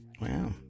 wow